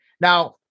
Now